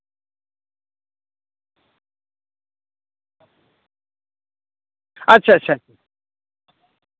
ᱟᱪᱪᱷᱟ ᱟᱪᱪᱷᱟ